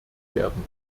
werden